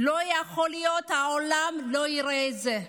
לא יכול להיות שהעולם לא יראה את זה.